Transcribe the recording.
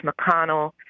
McConnell